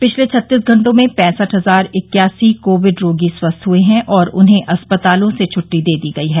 पिछले छत्तीस घंटों में पैंसठ हजार इक्यासी कोविड रोगी स्वस्थ हुए हैं और उन्हें अस्पतालों से छुट्टी दे दी गई है